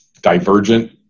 divergent